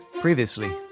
Previously